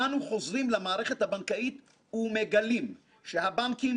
אנו חוזרים למערכת הבנקאית ומגלים שהבנקים,